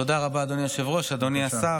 בקריאה הראשונה,